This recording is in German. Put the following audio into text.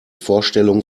vorstellung